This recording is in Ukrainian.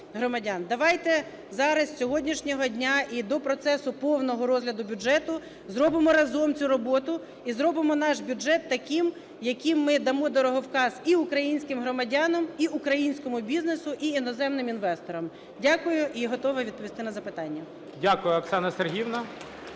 Давайте зараз, з сьогоднішнього дня, і до процесу повного розгляду бюджету зробимо разом цю роботу і зробимо наш бюджет таким, яким ми дамо дороговказ і українським громадянами, і українському бізнесу, і іноземним інвесторам. Дякую і готова відповісти на запитання. ГОЛОВУЮЧИЙ. Дякую, Оксана Сергіївна.